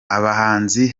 abahanzi